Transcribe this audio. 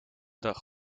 dag